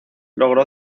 logró